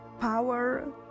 power